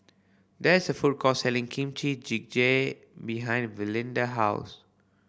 there is a food court selling Kimchi Jigae behind Valinda house